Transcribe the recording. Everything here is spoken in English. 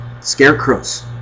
scarecrows